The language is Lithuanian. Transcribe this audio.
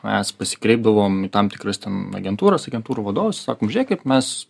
mes pasikreipdavom į tam tikras ten agentūras agentūrų vadovus ir sakom žiūrėkit mes